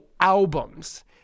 albums